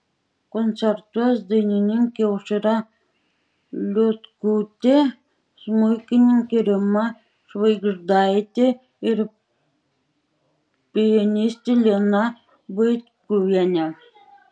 koncertuos dainininkė aušra liutkutė smuikininkė rima švėgždaitė ir pianistė lina vaitkuvienė